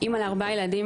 אימא לילדים,